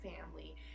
family